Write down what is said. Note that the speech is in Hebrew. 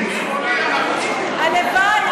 הלוואי.